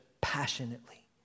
passionately